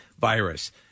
virus